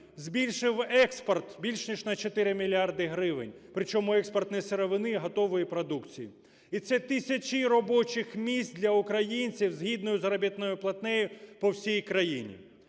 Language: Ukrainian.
збільшив експорт більш ніж на 4 мільярди гривень, причому експорт не сировини, а готової продукції, і це тисячі робочих місць для українців згідною заробітної платнею по всій країні.